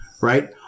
right